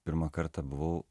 pirmą kartą buvau